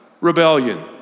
rebellion